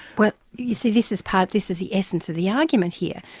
well, you see, this is part, this is the essence of the argument here,